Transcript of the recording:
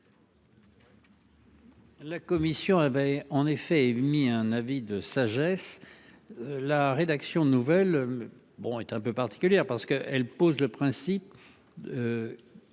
La Commission avait en effet émis un avis de sagesse. La rédaction Nouvelles. Bon un peu particulière parce que elle pose le principe.